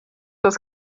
das